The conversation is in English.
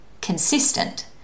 consistent